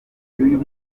y’uyu